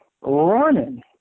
running